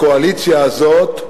הקואליציה הזאת,